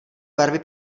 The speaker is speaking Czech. barvy